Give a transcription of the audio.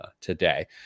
Today